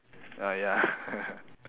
uh ya